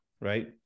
right